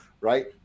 right